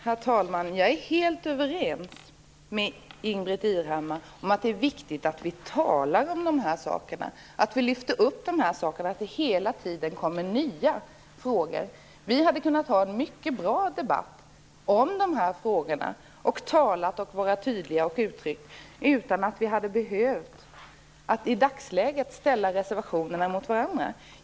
Herr talman! Jag är helt överens med Ingbritt Irhammar om att det är viktigt att vi talar om de här sakerna, och lyfter upp dem. Det kommer hela tiden nya frågor. Vi hade kunnat ha en mycket bra debatt om de här frågorna, och talat och uttryckt oss tydligt, utan att vi i dagsläget hade behövt ställa reservationerna mot varandra.